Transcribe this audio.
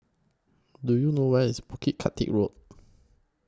Do YOU know Where IS Bukit catty Road